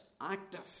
active